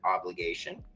obligation